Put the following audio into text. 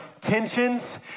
tensions